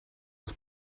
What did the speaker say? was